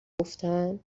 گفتن